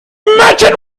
merchant